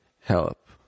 help